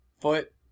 foot